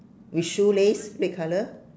with shoelace red colour